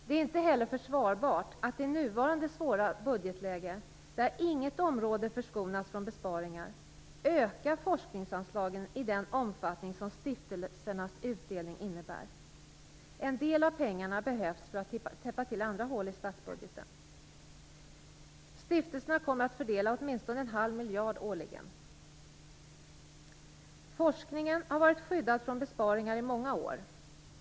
Det är inte heller försvarbart att i nuvarande svåra budgetläge, där inget område förskonas från besparingar, öka forskningsanslagen i den omfattning som stiftelsernas utdelning innebär. En del av pengarna behövs för att täppa till andra hål i statsbudgeten. Stiftelserna kommer att fördela åtminstone en halv miljard kronor årligen. Forskningen har varit skyddad från besparingar i många år.